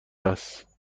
است